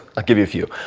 i'll give you a few.